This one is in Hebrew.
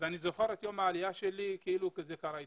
ואני זוכר את יום העלייה שלי כאילו זה קרה אתמול.